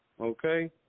okay